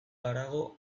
harago